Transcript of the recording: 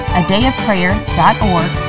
adayofprayer.org